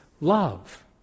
love